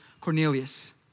Cornelius